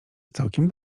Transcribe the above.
całkiem